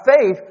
faith